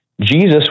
Jesus